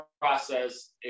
process